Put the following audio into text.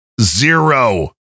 zero